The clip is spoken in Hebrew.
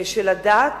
של הדת.